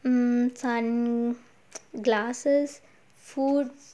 mm sun glasses food